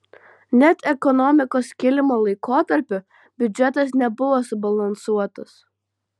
net ekonomikos kilimo laikotarpiu biudžetas nebuvo subalansuotas